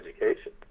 education